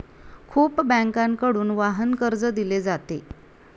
खूप बँकांकडून वाहन कर्ज दिले जाते